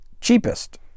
cheapest